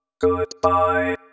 Goodbye